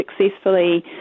successfully